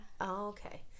Okay